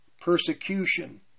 Persecution